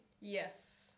Yes